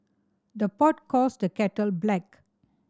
the pot calls the kettle black